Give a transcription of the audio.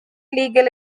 legal